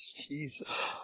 Jesus